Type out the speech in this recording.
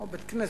כמו בית-כנסת,